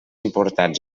importats